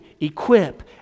equip